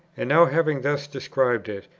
and now, having thus described it,